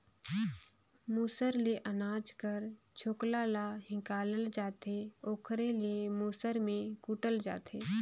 मूसर ले अनाज कर छोकला ल हिंकालल जाथे ओकरे ले मूसर में कूटल जाथे